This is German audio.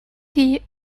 die